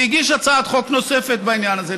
והגיש הצעת חוק נוספת בעניין הזה,